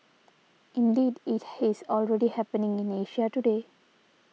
indeed it has already happening in Asia today